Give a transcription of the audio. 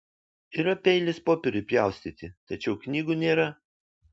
yra peilis popieriui pjaustyti tačiau knygų nėra